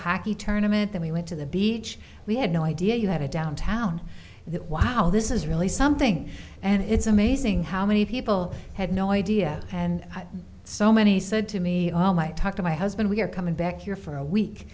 hockey tournaments and we went to the beach we had no idea you had a downtown that wow this is really something and it's amazing how many people had no idea and so many said to me all my talk to my husband we're coming back here for a week